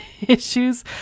issues